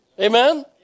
Amen